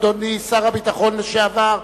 שר הביטחון לשעבר.